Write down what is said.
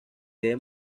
debe